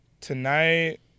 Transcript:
Tonight